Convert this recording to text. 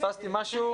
פספסתי משהו?